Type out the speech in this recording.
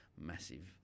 massive